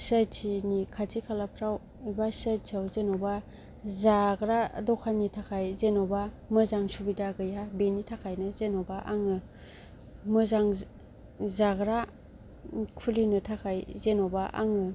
चि आइ टिनि खाथि खालाफ्राव एबा चि आइ टियाव जेनबा जाग्रा दखाननि थाखाय जेनबा मोजां सुबिदा गैया बेनि थाखायनो जेनबा आङो मोजां जाग्रा खुलिनो थाखाय जेनबा आङो